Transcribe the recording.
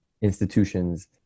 institutions